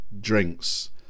drinks